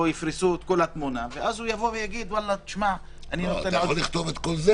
יפרסו בפניו את כל התמונה ואז הוא יקבע האם לתת זמן